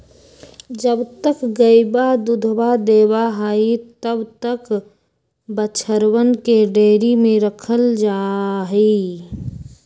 जब तक गयवा दूधवा देवा हई तब तक बछड़वन के डेयरी में रखल जाहई